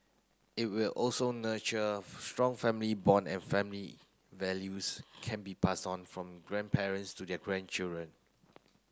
it will also nurture strong family bond and family values can be passed on from grandparents to their grandchildren